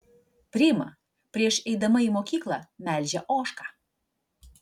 prima prieš eidama į mokyklą melžia ožką